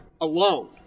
alone